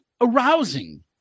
arousing